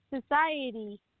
society